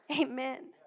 Amen